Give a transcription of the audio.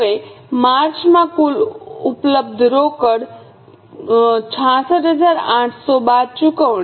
હવે માર્ચમાં કુલ ઉપલબ્ધ રોકડ 66800 બાદ ચૂકવણી